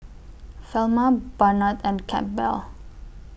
Velma Barnard and Campbell